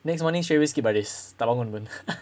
next morning straight away skip baris pun